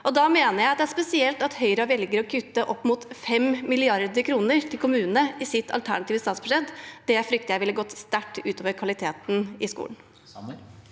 Da er det spesielt at Høyre velger å kutte opp mot 5 mrd. kr til kommunene i sitt alternative statsbudsjett. Det frykter jeg ville gått sterkt ut over kvaliteten i skolen.